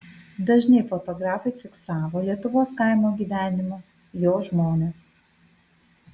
dažnai fotografai fiksavo lietuvos kaimo gyvenimą jo žmones